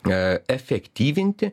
e efektyvinti